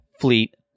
fleet